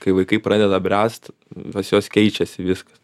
kai vaikai pradeda bręst pas juos keičiasi viskas